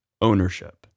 ownership